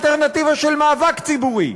אלטרנטיבה של מאבק ציבורי.